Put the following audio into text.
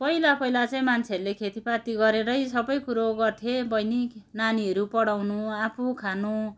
पहिला पहिला चाहिँ मान्छेहरूले खेतीपाती गरेरै सबै कुरो गर्थे बहिनी नानीहरू पढाउनु आफू खानु